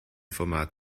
format